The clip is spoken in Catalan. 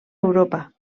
europa